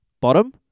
Bottom